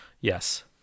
Yes